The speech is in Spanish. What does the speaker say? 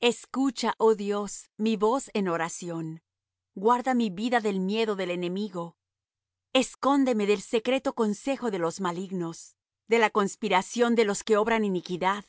escucha oh dios mi voz en mi oración guarda mi vida del miedo del enemigo escóndeme del secreto consejo de los malignos de la conspiración de los que obran iniquidad